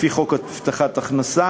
לפי חוק הבטחת הכנסה.